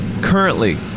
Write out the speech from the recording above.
Currently